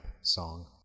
song